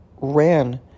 ran